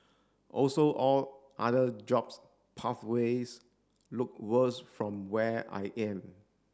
also all other jobs pathways look worse from where I am